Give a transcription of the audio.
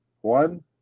One